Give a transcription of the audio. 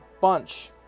Bunch